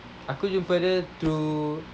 aku jumpa dia through